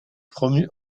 promu